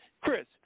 Chris